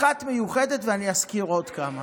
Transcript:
אחת מיוחדת, ואני אזכיר עוד כמה